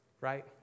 right